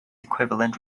equivalent